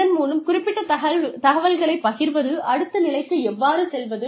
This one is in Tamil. இதன் மூலம் குறிப்பிட்ட தகவல்களைப் பகிர்வது அடுத்த நிலைக்கு எவ்வாறு செல்வது